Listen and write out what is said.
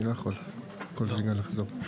אני לא יכול כל רגע לחזור.